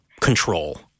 control